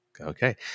Okay